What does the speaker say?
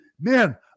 man